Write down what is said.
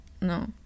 No